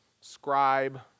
scribe